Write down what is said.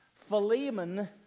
Philemon